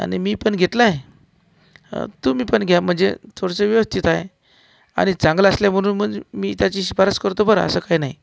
आणि मी पण घेतलाय तुम्ही पण घ्या म्हणजे थोडंसं व्यवस्थित हाय आणि चांगला असल्या म्हणून मी त्याची शिफारस करतो बरं असं काय नाही